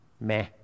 meh